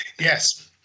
Yes